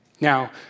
Now